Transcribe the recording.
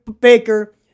Baker